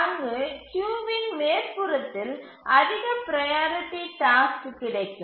அங்கு கியூவின் மேற்புறத்தில் அதிக ப்ரையாரிட்டி டாஸ்க் கிடைக்கும்